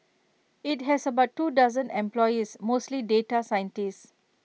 IT has about two dozen employees mostly data scientists